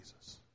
Jesus